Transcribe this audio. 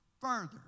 further